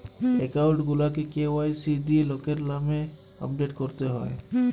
account গুলাকে KYC দিঁয়ে লকের লামে আপডেট ক্যরতে হ্যয়